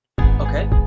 okay